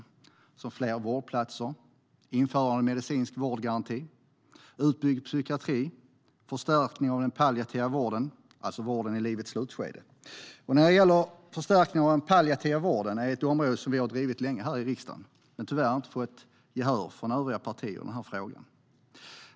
Det handlar om fler vårdplatser, införande av en medicinsk vårdgaranti, en utbyggd psykiatri och en förstärkning av den palliativa vården, alltså vården i livets slutskede. En förstärkning av den palliativa vården är något som vi har drivit länge här i riksdagen. Men vi har tyvärr inte fått gehör från de övriga partierna i denna fråga.